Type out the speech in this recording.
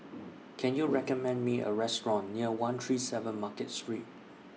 Can YOU recommend Me A Restaurant near one three seven Market Street